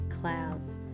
clouds